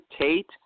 Tate